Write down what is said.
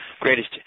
greatest